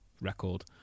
record